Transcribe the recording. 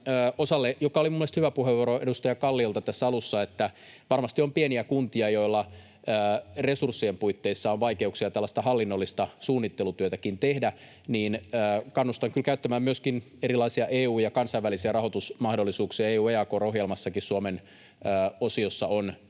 oli minun mielestäni hyvä puheenvuoro edustaja Kalliolta tässä alussa — että varmasti on pieniä kuntia, joilla resurssien puitteissa on vaikeuksia tällaista hallinnollista suunnittelutyötäkin tehdä, joten kannustan kyllä käyttämään myöskin erilaisia EU‑ ja kansainvälisiä rahoitusmahdollisuuksia. EU:n EAKR-ohjelmassakin Suomen osiossa on